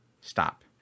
stop